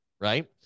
right